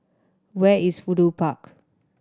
where is Fudu Park